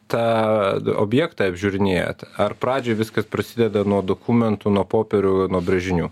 tą objektą apžiūrinėjat ar pradžioj viskas prasideda nuo dokumentų nuo popierių nuo brėžinių